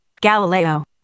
Galileo